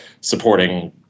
supporting